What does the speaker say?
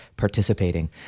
participating